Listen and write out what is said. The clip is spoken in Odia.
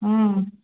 ହୁଁ